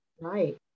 right